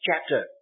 chapter